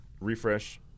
refresh